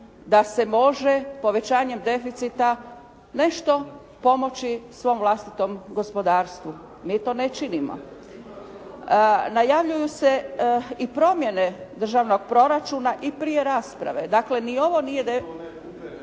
da se može povećanjem deficita nešto pomoći svom vlastitom gospodarstvu. Mi to ne činimo. Najavljuju se i promjene državnog proračuna i prije rasprave, dakle ni ovo nije